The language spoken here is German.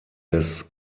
des